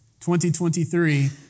2023